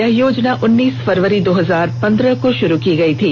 यह योजना उन्नीस फरवरी दो हजार पंद्रह में शुरू की गई थी